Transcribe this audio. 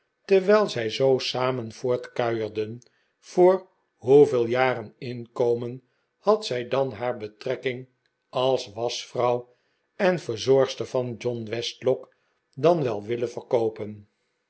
terwijl zij zoo samen voortkuierden voor hoeveel jaren inkomen had zij dan haar betrekking als waschvrouw en verzorgster van john westlock dan wel willen verkoopen